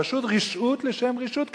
פשוט רשעות לשם רשעות,